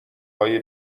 های